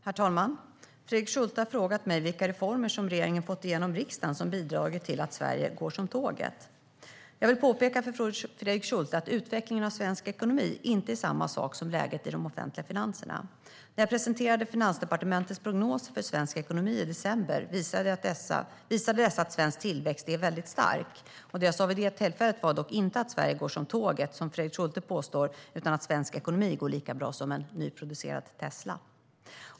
Herr talman! Fredrik Schulte har frågat mig vilka reformer som regeringen fått igenom i riksdagen som har bidragit till att Sverige "går som tåget". Jag vill påpeka för Fredrik Schulte att utvecklingen av svensk ekonomi inte är samma sak som läget i de offentliga finanserna. När jag presenterade Finansdepartementets prognoser för svensk ekonomi i december visade dessa att svensk tillväxt är väldigt stark. Det jag sa vid det tillfället var dock inte att Sverige "går som tåget", som Fredrik Schulte påstår, utan att svensk ekonomi går lika bra som en nyproducerad Tesla.